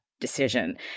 decision